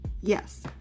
yes